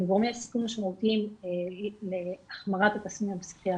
גורמי סיכון משמעותיים להחמרת התסמינים הפסיכיאטריים.